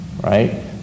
right